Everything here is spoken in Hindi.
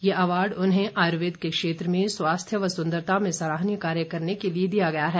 ये अवार्ड उन्हें आयुर्वेद के क्षेत्र में स्वास्थ्य व सुंदरता में सराहनीय कार्य करने के लिए दिया गया है